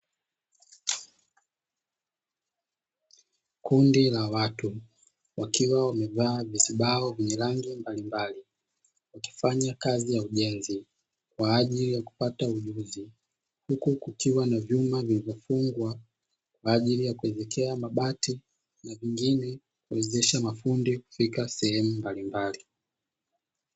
Kundi la watu wakiwa wamevaa vibao vyenye rangi mbalimbali wakifanya kazi ya ujenzi kwa ajili ya kupata ujuzi, huku kukiwa na vyuma vilivyofungwa kwa ajili ya kuezekea mabati ya vingine kuwezesha mafundi kufika sehemu mbalimbali.